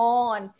on